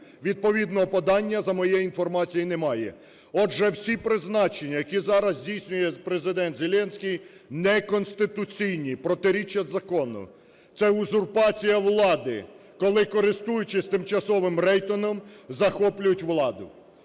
Відповідного подання, за моєю інформацією, немає. Отже, всі призначення, які зараз здійснює Президент Зеленський, неконституційні, протирічать закону. Це узурпація влади, коли, користуючись тимчасовим рейтингом, захоплюють владу.